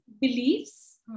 beliefs